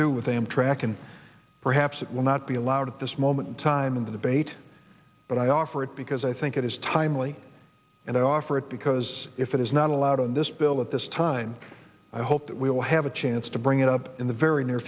do with amtrak and perhaps it will not be allowed at this moment in time in the debate but i offer it because i think it is timely and i offer it because if it is not allowed in this bill at this time i hope that we will have a chance to bring it up in the very near